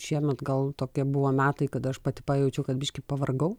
šiemet gal tokie buvo metai kada aš pati pajaučiau kad biškį pavargau